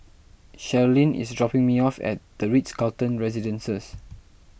Sherlyn is dropping me off at the Ritz Carlton Residences